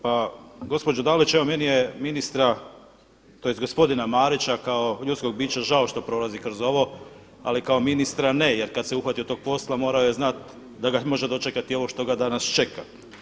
Pa gospođo Dalić, evo meni je ministra, tj. gospodina Marića kao ljudskog bića žao što prolazi kao ovo ali kao ministra ne, jer kada se uhvatio tog posla morao je znati da ga može dočekati ovo što ga danas čeka.